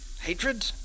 hatred